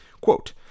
Quote